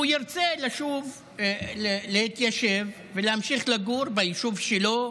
הוא ירצה להתיישב ולהמשיך לגור ביישוב שלו,